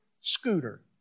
scooter